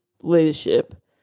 leadership